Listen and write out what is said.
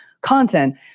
content